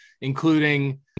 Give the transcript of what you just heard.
including